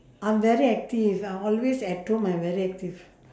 I am very active I always at home I'm very active